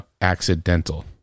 accidental